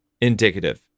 indicative